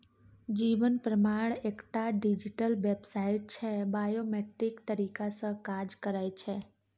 जीबन प्रमाण एकटा डिजीटल बेबसाइट छै बायोमेट्रिक तरीका सँ काज करय छै